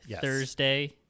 Thursday